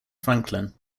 franklin